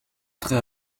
trait